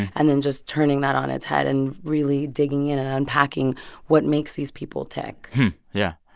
and then just turning that on its head and really digging in and unpacking what makes these people tick yeah.